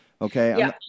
okay